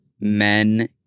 men